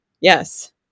Yes